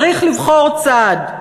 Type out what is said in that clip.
צריך לבחור צד,